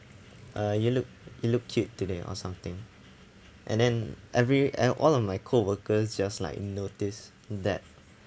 uh you look you look cute today or something and then every and all of my coworkers just like notice that